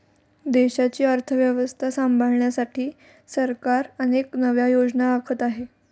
देशाची अर्थव्यवस्था सांभाळण्यासाठी सरकार अनेक नव्या योजना आखत आहे